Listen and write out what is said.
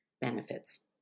benefits